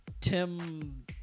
Tim